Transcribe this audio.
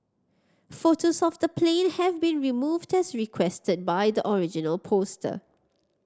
photos of the plane have been removed as requested by the original poster